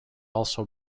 also